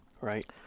right